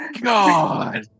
God